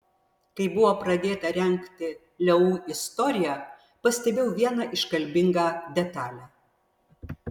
kai buvo pradėta rengti leu istorija pastebėjau vieną iškalbingą detalę